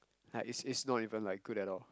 like it's it's not even like good at all